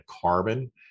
carbon